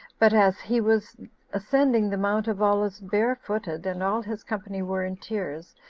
but as he was ascending the mount of olives barefooted, and all his company were in tears,